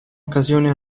occasione